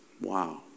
Wow